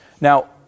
Now